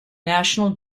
national